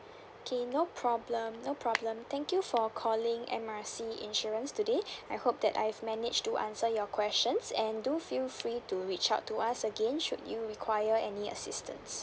okay no problem no problem thank you for calling M R C insurance today I hope that I've manage to answer your questions and do feel free to reach out to us again should you require any assistance